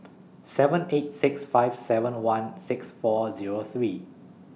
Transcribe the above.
seven eight six five seven one six four Zero three